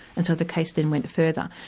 and so the case then went further.